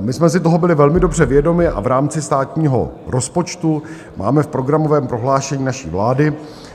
My jsme si toho byli velmi dobře vědomi a v rámci státního rozpočtu máme v programovém prohlášení naší vlády,